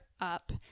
up